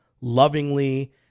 lovingly